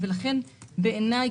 לכן בעיניי,